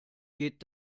geht